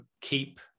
keep